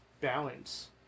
balance